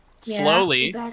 slowly